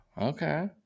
Okay